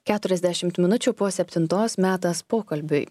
keturiasdešimt minučių po septintos metas pokalbiui